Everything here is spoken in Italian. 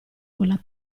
quella